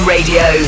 Radio